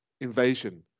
invasion